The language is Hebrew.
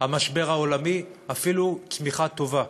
המשבר העולמי, אפילו צמיחה טובה.